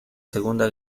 segunda